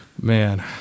man